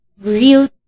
real